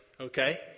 Okay